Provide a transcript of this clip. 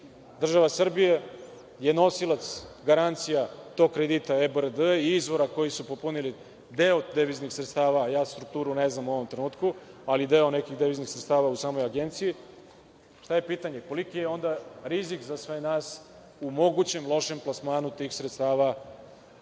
država Srbija je nosilac garancija tog kredita IBRD i izvora koji su popunili deo deviznih sredstava, a ja strukturu ne znam u ovom trenutku, ali deo nekih deviznih sredstava u samoj Agenciji, pa je pitanje koliki je onda rizik za sve nas u mogućem lošem plasmanu tih sredstava